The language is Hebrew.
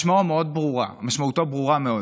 משמעותו ברורה מאוד.